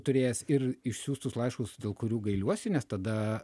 turėjęs ir išsiųstus laiškus dėl kurių gailiuosi nes tada